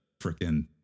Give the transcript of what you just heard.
freaking